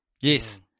Yes